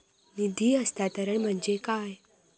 निधी हस्तांतरण म्हणजे काय?